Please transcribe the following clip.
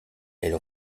elle